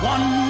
One